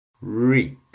reek